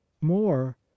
More